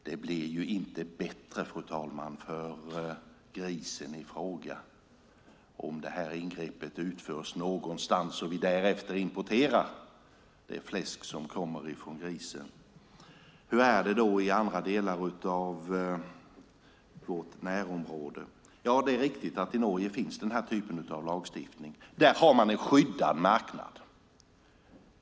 Det blir ju inte bättre för grisen i fråga om ingreppet utförs någon annanstans och vi därefter importerar fläsk som kommer från grisen. Hur är det då i andra delar av vårt närområde? Ja, det är riktigt att i Norge finns den här typen av lagstiftning. Där har man en skyddad marknad.